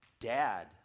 Dad